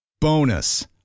Bonus